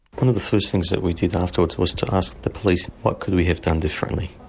one of the first things that we did afterwards was to ask the police what could we have done differently.